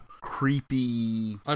creepy